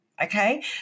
Okay